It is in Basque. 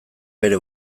bere